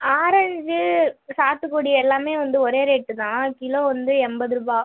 orange சாத்துக்குடி எல்லாமே வந்து ஒரே ரேட்டு தான் கிலோ வந்து எண்பதுரூபா